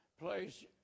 place